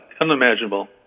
unimaginable